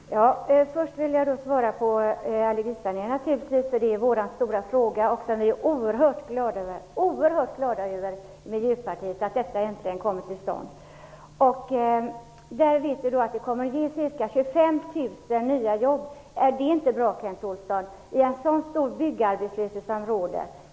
Herr talman! Först vill jag naturligtvis bemöta det Kent Olsson sade om allergisaneringen. Det är vår stora fråga, och vi är oerhört glada i Miljöpartiet över att detta äntligen kommer till stånd. Vi vet att det kommer att ge ca 25 000 nya jobb. Är det inte bra, Kent Olsson, i ett sådant stort byggarbetslöshetsområde?